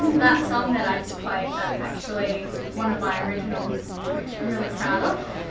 that song that i just played, that's actually one of my originals, which i'm really proud of,